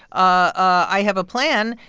i have a plan,